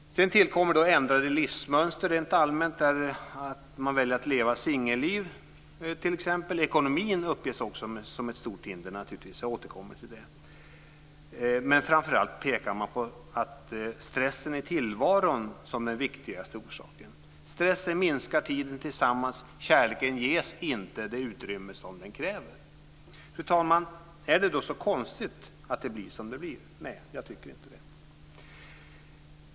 Sedan tillkommer ändrade livsmönster rent allmänt, att man väljer att leva singelliv. Ekonomin uppges naturligtvis också som ett stort hinder. Jag återkommer till det. Men framför allt pekar man på att stressen i tillvaron är den viktigaste orsaken. Stressen minskar tiden tillsammans. Kärleken ges inte det utrymme som den kräver. Fru talman! Är det då så konstigt att det blir som det blir? Nej, jag tycker inte det.